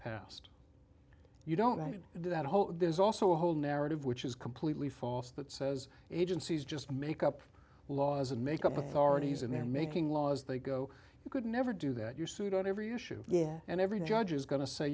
passed you don't buy into that whole there's also a whole narrative which is completely false that says agencies just make up laws and make up authorities and they're making laws they go you could never do that you're sued on every issue yet and every judge is going to say